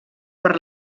per